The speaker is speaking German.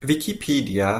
wikipedia